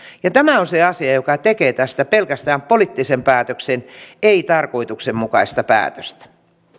ja tämä on se asia joka tekee tästä pelkästään poliittisen päätöksen ei tarkoituksenmukaista päätöstä